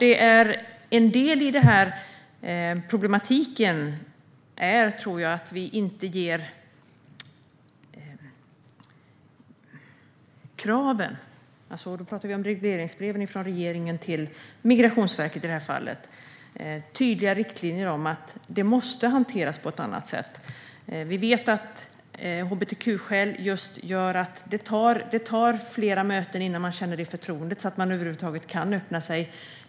En del i den problematiken tror jag är att vi i regleringsbreven från regeringen till Migrationsverket i det här fallet inte ger tydliga riktlinjer om att det måste hanteras på ett annat sätt. Vi vet att just hbtq-skäl gör att det tar flera möten innan man känner ett förtroende så att man över huvud taget kan öppna sig.